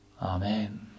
Amen